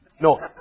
No